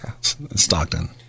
Stockton